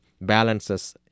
balances